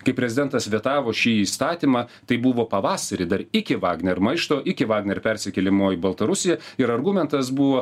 kai prezidentas vetavo šį įstatymą tai buvo pavasarį dar iki vagner maišto iki vagner persikėlimo į baltarusiją ir argumentas buvo